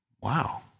Wow